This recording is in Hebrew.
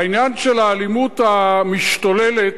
העניין של האלימות המשתוללת,